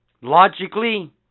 logically